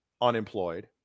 unemployed